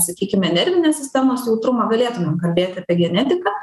sakykime nervinės sistemos jautrumą galėtumėm kalbėti apie genetiką